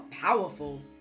powerful